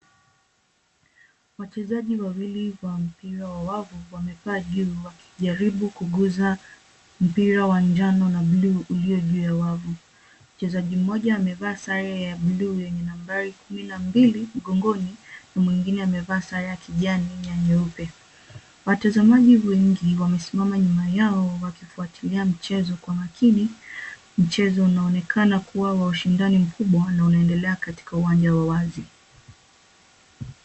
Wachezaji wawili wa mpira wa wavu wamepaa juu wakijaribu kugusa mpira wa njano na bluu uliyo juu ya wavu. Mchezaji mmoja amevaa sare ya bluu yenye nambari kumi na mbili mgongoni na mwingine amevaa sare ya kijani na nyeupe. Watazamaji wengi wamesimama nyuma yao wakifuatilia mchezo kwa makini. Mchezo unaonekana kuwa na ushindani mkubwa na unaendelea katika uwanja wa wazi.